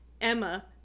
Emma